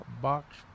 box